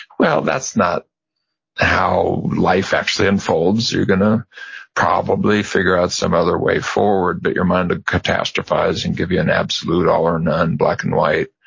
well, that's not how life actually unfolds. you're gonna probably figure out some other way forward, but your mind will catastrophize and give you an absolute all or none, black and white,